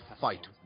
fight